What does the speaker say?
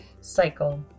cycle